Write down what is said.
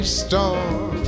storm